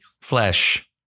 flesh